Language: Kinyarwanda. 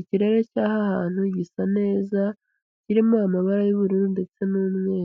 ikirere cy'aha hantu gisa neza kirimo amabara y'ubururu ndetse n'umweru.